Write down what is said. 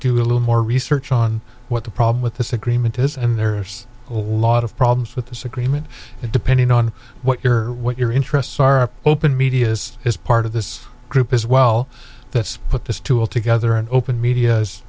do a little more research on what the problem with this agreement is and there's a lot of problems with this agreement and depending on what your what your interests are open media is is part of this group as well that's put this tool together and open media